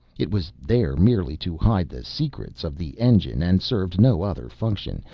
it was there merely to hide the secrets of the engine, and served no other function.